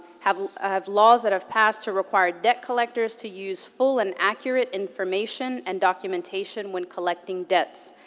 have have laws that have passed to require debt collectors to use full and accurate information and documentation when collecting debts,